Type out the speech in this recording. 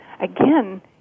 again